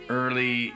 early